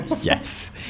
Yes